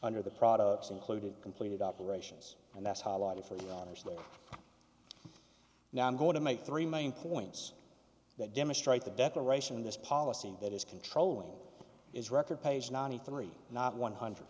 under the products included completed operations and that's how a lot of for now i'm going to make three main points that demonstrate the declaration of this policy that is controlling is record page ninety three not one hundred